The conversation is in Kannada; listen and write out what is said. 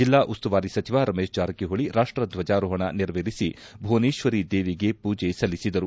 ಜಿಲ್ಲಾ ಉಸ್ತುವಾರಿ ಸಚಿವ ರಮೇಶ್ ಜಾರಕಿಹೊಳಿ ರಾಷ್ಟ ಧ್ವಜಾರೋಪಣ ನೆರವೇರಿಸಿ ಭುವನೇಶ್ವರಿ ದೇವಿಗೆ ಪೂಜೆ ಸಲ್ಲಿಸಿದರು